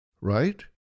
Right